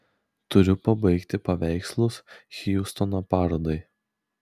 turiu pabaigti paveikslus hjustono parodai